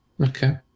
Okay